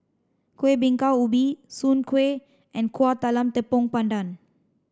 Kuih Bingka Ubi Soon Kway and Kueh Talam Tepong Pandan